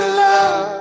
love